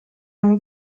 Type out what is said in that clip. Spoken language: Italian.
non